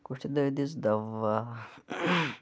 دٲدِس دَواہ